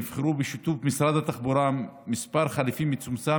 נבחרו בשיתוף משרד התחבורה מספר חליפים מצומצם